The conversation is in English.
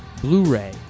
blu-ray